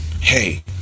hey